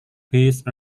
phased